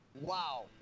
wow